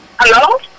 Hello